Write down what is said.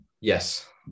yes